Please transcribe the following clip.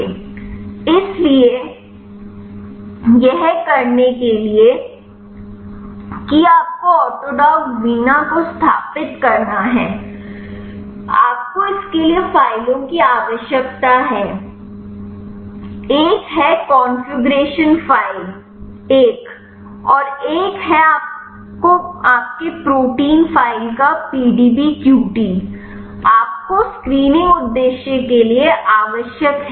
इसलिए यह करने के लिए कि आपको ऑटोडॉक वीना को स्थापित करना है आपको इसके लिए फाइलों की आवश्यकता है एक है कॉन्फ़िगरेशन फ़ाइल एक और एक है आपके प्रोटीन फ़ाइल का पीडीबीक्यूटी आपको स्क्रीनिंग उद्देश्य के लिए आवश्यक है